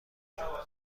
دستاوردهای